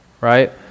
Right